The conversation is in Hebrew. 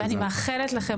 ואני מאחלת לכם,